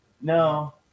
No